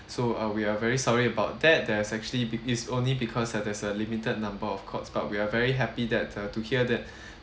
so uh we are very sorry about that there's actually it's only because uh there's a limited number of cots but we are very happy that uh to hear that